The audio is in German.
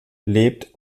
lebt